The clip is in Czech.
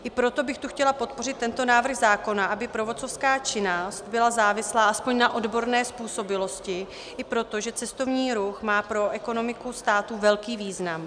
I proto bych tu chtěla podpořit tento návrh zákona, aby průvodcovská činnost byla závislá aspoň na odborné způsobilosti, i proto, že cestovní ruch má pro ekonomiku státu velký význam.